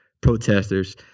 protesters